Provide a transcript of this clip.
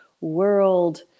world